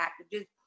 packages